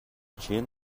чейин